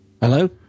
Hello